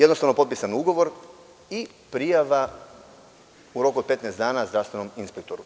Jednostavno potpisan ugovor i prijava u roku od 15 dana zdravstvenom inspektoru.